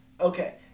Okay